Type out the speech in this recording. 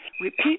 repeat